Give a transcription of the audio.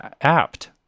apt